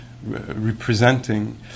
representing